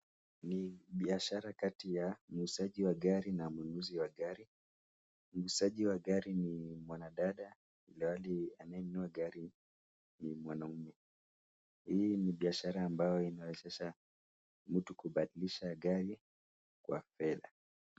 Ni biashara kati ya muuzaji wa gari na mnunuzi wa gari. Muuzaji wa gari ni mwanadada ilhali anayenunua gari ni mwanaume. Hii ni biashara ambayo inamwezesha mtu kubadilisha gari kwa fedha.